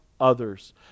others